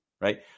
Right